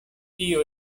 tio